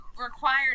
required